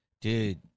Dude